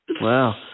Wow